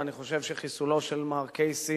ואני חושב שחיסולו של מר קייסי